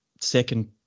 second